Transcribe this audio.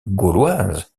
gauloise